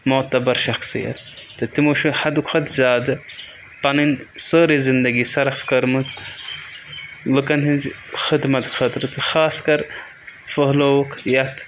مُعتبَر شخصیت تہٕ تِمو چھِ حدٕ کھۄتہٕ زیادٕ پَنٕنۍ سٲرٕے زِندگی صرف کٔرمٕژ لُکَن ہٕنٛزِ خدمَت خٲطرٕ تہٕ خاص کر پھہلوُکھ یَتھ